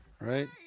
Right